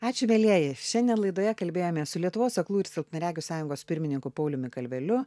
ačiū mielieji šiandien laidoje kalbėjome su lietuvos aklųjų ir silpnaregių sąjungos pirmininku pauliumi kalveliu